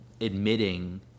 admitting